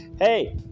hey